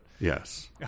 Yes